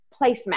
placemat